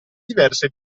diverse